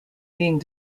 being